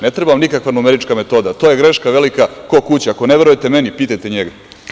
Ne treba nikakva numerička metoda, to je greška velika ko kuća, ako ne verujete meni, pitajte njega.